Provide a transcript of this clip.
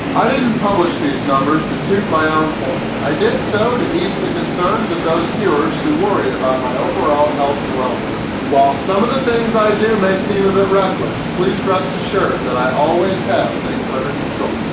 i didn't publish these numbers to toot my own horn. i did so to ease the concerns of those viewers who worry about my overall health and wellness. while some of the things i do may seem a bit reckless, please rest assured that i always have things under control.